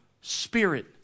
Spirit